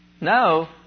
No